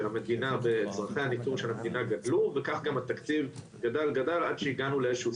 המדינה ואזרחיה גדל וכך גם התקציב גדל עד שהגענו לאיזשהו